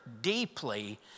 deeply